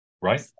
Right